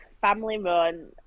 family-run